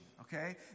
okay